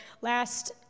last